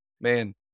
man